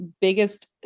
biggest